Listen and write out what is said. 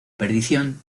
perdición